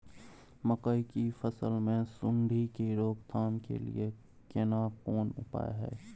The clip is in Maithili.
मकई की फसल मे सुंडी के रोक थाम के लिये केना कोन उपाय हय?